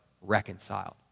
reconciled